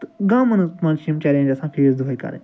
تہٕ گامَن ہنٛز منٛز چھِ یِم چَلینٛج آسَان فیس دۄہَے کَرٕنۍ